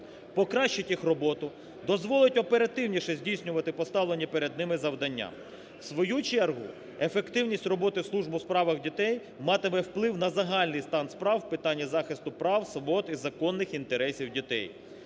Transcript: покращить їх роботу, дозволить оперативніше здійснювати, поставлені перед ними завдання. В свою чергу ефективність роботи служби у справах дітей матиме вплив на загальний стан справ в питані захисту прав, свобод і законних інтересів дітей.